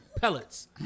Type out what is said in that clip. pellets